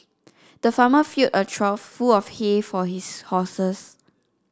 the farmer filled a trough full of hay for his horses